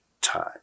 time